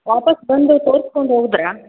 ವಾಪಸ್ಸು ಬಂದು ತೋರ್ಸ್ಕೊಂಡು ಹೋದ್ರಾ